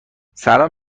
سلام